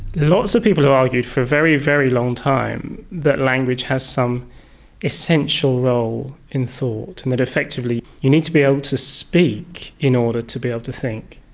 lots of people have argued for a very, very long time that language has some essential role in thought and that effectively you need to be able to speak in order to be able to think.